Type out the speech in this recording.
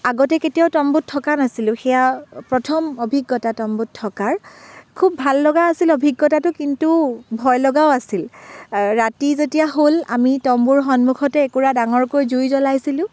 আগতে কেতিয়াও তম্বুত থকা নাছিলোঁ সেয়া প্ৰথম অভিজ্ঞতা তম্বুত থকাৰ খুব ভাল লগা আছিল অভিজ্ঞতাটো কিন্তু ভয় লগাও আছিল ৰাতি যেতিয়া হ'ল আমি তম্বুৰ সন্মুখতে একুৰা ডাঙৰকৈ জুই জ্বলাইছিলোঁ